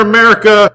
America